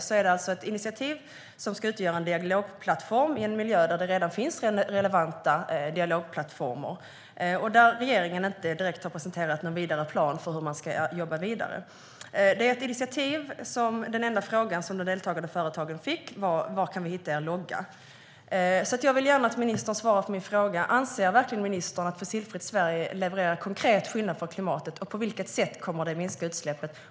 Det är alltså ett initiativ som ska utgöra en dialogplattform i en miljö där det redan finns relevanta dialogplattformar och där regeringen inte direkt har presenterat någon vidare plan för hur man ska jobba vidare. Det är ett initiativ från vilket den enda fråga företagen fick var: Var kan vi hitta er logga? Jag vill gärna att ministern svarar på mina frågor. Anser ministern verkligen att Fossilfritt Sverige levererar konkret skillnad för klimatet? På vilket sätt kommer det att minska utsläppen?